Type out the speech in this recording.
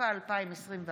התשפ"א 2021,